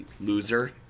loser